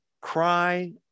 cry